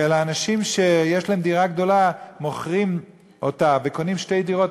אלא אנשים שיש להם דירה גדולה מוכרים אותה וקונים שתי דירות,